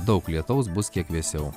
daug lietaus bus kiek vėsiau